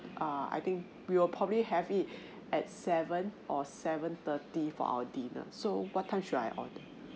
err I think we'll probably have it at seven or seven thirty for our dinner so what time should I order